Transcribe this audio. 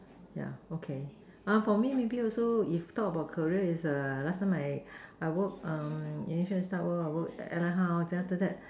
yeah okay for me maybe also if talk about career is last time I I work initially start work I work at airline then after that